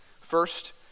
First